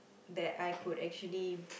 that I could actually